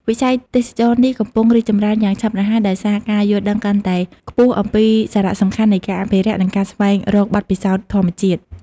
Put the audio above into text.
វិស័យទេសចរណ៍នេះកំពុងរីកចម្រើនយ៉ាងឆាប់រហ័ស ដោយសារការយល់ដឹងកាន់តែខ្ពស់អំពីសារៈសំខាន់នៃការអភិរក្ស និងការស្វែងរកបទពិសោធន៍ធម្មជាតិ។